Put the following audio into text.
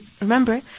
remember